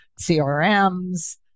CRMs